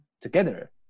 together